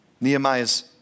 Nehemiah's